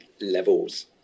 levels